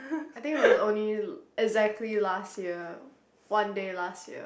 I think it was only exactly last year one day last year